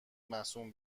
مصون